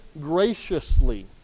graciously